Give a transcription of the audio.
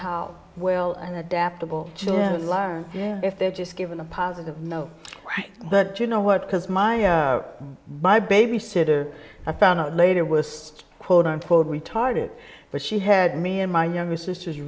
how well an adaptable liar yeah if they're just given a positive no but you know what because my my baby sitter i found out later was quote unquote retarded but she had me and my younger sister